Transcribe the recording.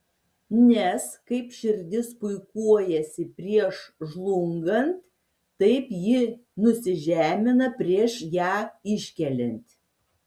nes kaip širdis puikuojasi prieš žlungant taip ji nusižemina prieš ją iškeliant